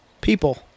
People